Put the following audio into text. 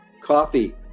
Coffee